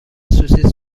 سوسیس